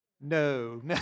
No